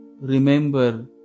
remember